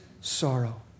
sorrow